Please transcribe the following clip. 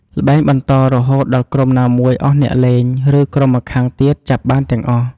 ល្បែងបន្តរហូតដល់ក្រុមណាមួយអស់អ្នកលេង ឬក្រុមម្ខាងទៀតចាប់បានទាំងអស់។